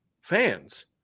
fans